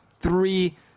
three